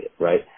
right